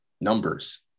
numbers